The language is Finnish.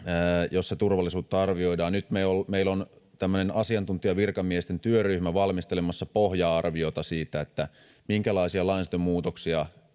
joissa turvallisuutta arvioidaan nyt meillä on asiantuntijavirkamiesten työryhmä valmistelemassa pohja arviota siitä minkälaisia lainsäädäntömuutoksia